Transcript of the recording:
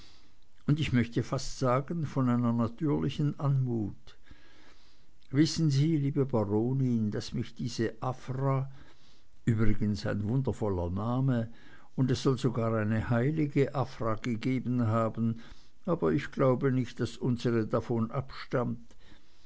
und ich möchte fast sagen von einer natürlichen anmut wissen sie liebe baronin daß mich diese afra übrigens ein wundervoller name und es soll sogar eine heilige afra gegeben haben aber ich glaube nicht daß unsere davon abstammt